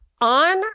on